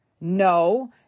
no